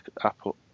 Apple